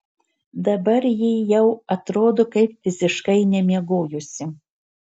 dabar ji jau atrodo kaip visiškai nemiegojusi